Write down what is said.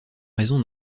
raison